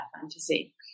fantasy